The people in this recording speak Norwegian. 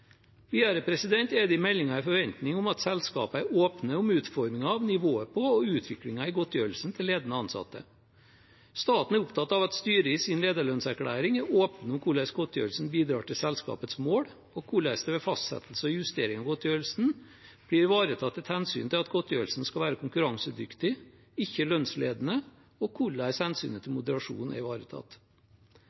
er det i meldingen en forventning om at selskapene er åpne om utformingen av, nivået på og utviklingen i godtgjørelsen til ledende ansatte. Staten er opptatt av at styret i sin lederlønnserklæring er åpen om hvordan godtgjørelsen bidrar til selskapets mål, hvordan det ved fastsettelse og justering av godtgjørelsen blir ivaretatt et hensyn til at godtgjørelsen skal være konkurransedyktig, ikke lønnsledende, og hvordan hensynet til moderasjon er ivaretatt.